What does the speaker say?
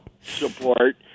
support